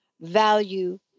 value